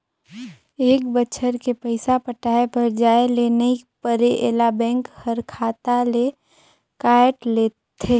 ए बच्छर के पइसा पटाये बर जाये ले नई परे ऐला बेंक हर खाता ले कायट लेथे